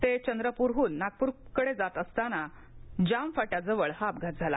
तचिद्रपूरहून नागपूर कडज्ञात असताना जाम फाट्याजवळ हा अपघात झाला